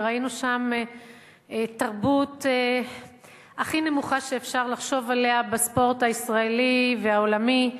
וראינו שם תרבות הכי נמוכה שאפשר לחשוב עליה בספורט הישראלי והעולמי,